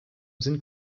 sind